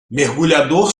mergulhador